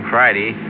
Friday